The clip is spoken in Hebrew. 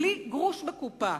בלי גרוש בקופה.